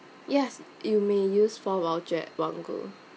yes you may use for voucher at one go